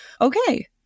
okay